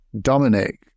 Dominic